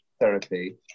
therapy